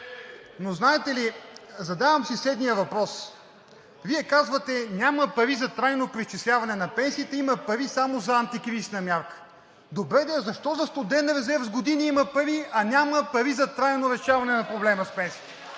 Но знаете ли, задавам си следния въпрос. Вие казвате: няма пари за трайно преизчисляване на пенсиите, има пари само за антикризисна мярка. Добре де, а защо за студен резерв с години има пари, а няма пари за трайно решаване на проблема с пенсиите?